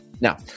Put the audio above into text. Now